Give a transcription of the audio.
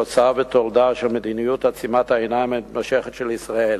היא תוצאה ותולדה של מדיניות עצימת העיניים המתמשכת של ישראל.